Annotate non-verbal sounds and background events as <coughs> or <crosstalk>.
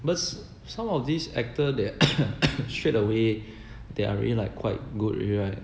but some of these actor they <coughs> <coughs> straightaway they are really like quite good already right